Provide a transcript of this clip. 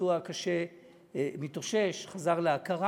שהפצוע הקשה מתאושש, חזר להכרה.